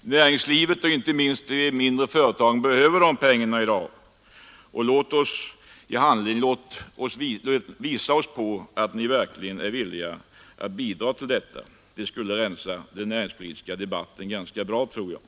Näringslivet och inte minst de mindre företagen behöver dessa pengar i dag. Visa nu i handling att ni verkligen är villiga att bidra till detta! Det skulle rensa den näringspolitiska debatten ganska bra, tror jag.